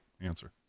answer